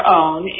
own